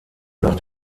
nach